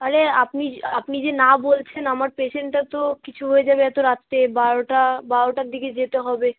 তাহলে আপনি আপনি যে না বলছেন আমার পেশেন্টটা তো কিছু হয়ে যাবে এতো রাত্রে বারোটা বারোটার দিকে যেতে হবে